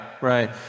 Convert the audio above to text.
right